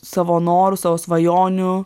savo norų savo svajonių